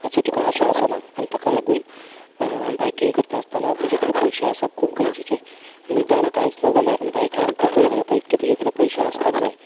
हाचो तुका आशा आसना ताका लागून बायकींग करता आसतना तुजे कडेन पयशे आसप खूब गरजेचें निदान कांयच ना जाल्यार बायकान पेट्रोल घालपा इतलें तुजे कडेन पयशे आसपाक जाय